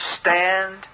stand